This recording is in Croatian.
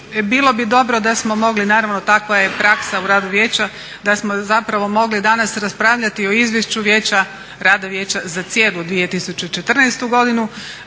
bilo bi dobro da smo mogli, naravno takva je praksa u radu Vijeća da smo zapravo mogli danas raspravljati o izvješću Vijeća, rada Vijeća za cijelu 2014. godinu